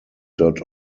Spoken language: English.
dot